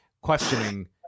questioning